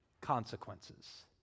consequences